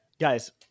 guys